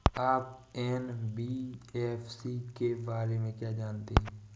आप एन.बी.एफ.सी के बारे में क्या जानते हैं?